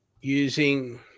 using